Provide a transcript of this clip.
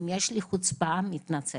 אם יש לי חוצפה אני מתנצלת,